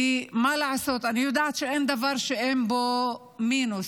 כי מה לעשות, אני יודעת שאין דבר שאין בו מינוס.